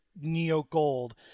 Neo-Gold